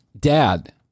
Dad